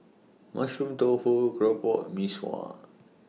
Mushroom Tofu Keropok and Mee Sua